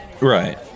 Right